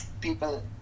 people